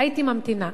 הייתי ממתינה.